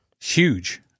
Huge